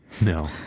no